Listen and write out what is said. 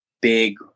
big